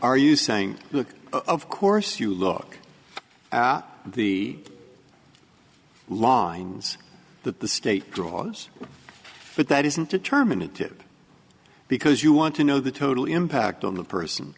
are you saying look of course you look at the lines that the state draws but that isn't determinative because you want to know the total impact on the person